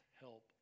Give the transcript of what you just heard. help